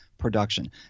production